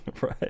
Right